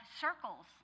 circles